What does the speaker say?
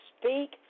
speak